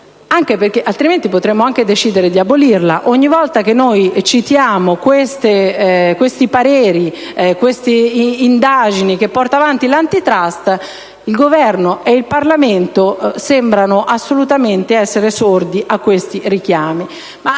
altrimenti potremmo anche decidere di abolirla. Ogni volta che citiamo i pareri e le indagini che porta avanti l'Autorità *antitrust*, infatti, il Governo e il Parlamento sembrano assolutamente essere sordi ai suoi richiami.